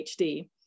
PhD